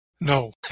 No